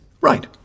Right